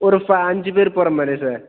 ஒரு ஃப அஞ்சு பேர் போகிற மாதிரி சார்